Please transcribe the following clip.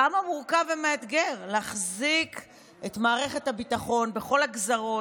כמה מורכב ומאתגר להחזיק את מערכת הביטחון בכל הגזרות,